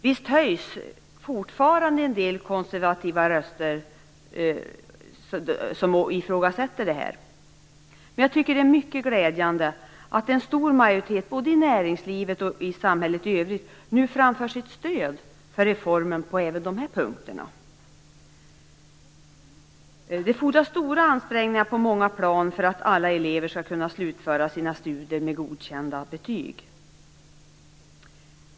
Visst höjs det fortfarande en del konservativa röster som ifrågasätter detta, men jag tycker att det är mycket glädjande att en stor majoritet både i näringslivet och i samhället i övrigt nu framför sitt stöd för reformen på även de här punkterna. Det fordras stora ansträngningar på många plan för att alla elever skall kunna slutföra sina studier med godkända betyg.